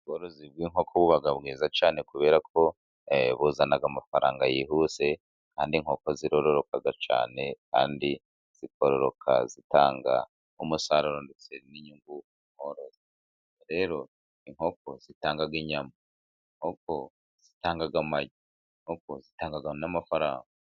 Ubworozi bw'inkoko buba bwiza cyane, kubera ko buzana amafaranga yihuse kandi inkoko ziroroka cyane kandi zikororoka, zitanga umusaruro ndetse n'inyungu k'umworozi, rero inkoko zitanga inyama, inkoko zitanga amagi, inkoko zatanga n'amafaranga.